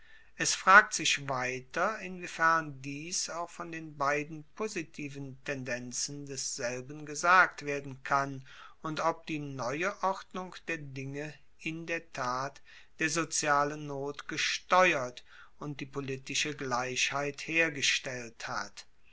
es fragt sich weiter inwiefern dies auch von den beiden positiven tendenzen desselben gesagt werden kann und ob die neue ordnung der dinge in der tat der sozialen not gesteuert und die politische gleichheit hergestellt hat